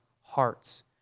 hearts